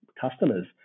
customers